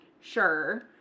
Sure